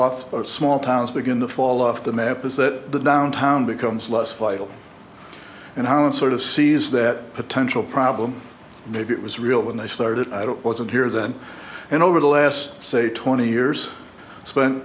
off small towns begin to fall off the map is that the downtown becomes less vital and how it sort of sees that potential problem maybe it was real when they started wasn't here then and over the last say twenty years spent